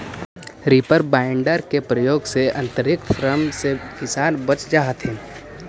reaper binder के प्रयोग से अतिरिक्त श्रम से किसान बच जा हथिन